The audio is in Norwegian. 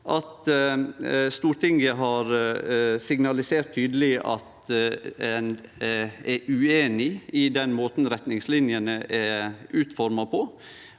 Stortinget signalisert tydeleg at ein er ueinig i den måten retningslinene er utforma på.